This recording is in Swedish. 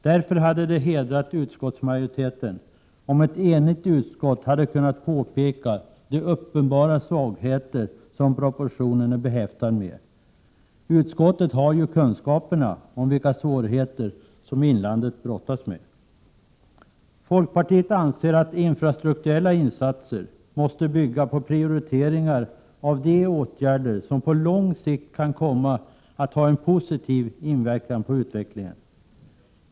Därför hade det hedrat utskottsmajoriteten om ett enigt utskott hade kunnat påpeka de uppenbara svagheter som propositionen är behäftad med. Utskottet har ju kunskaper om vilka svårigheter som inlandet brottas med. Folkpartiet anser att infrastrukturella insatser måste bygga på prioriteringar av de åtgärder som på lång sikt kan komma att ha en positiv inverkan på utvecklingen.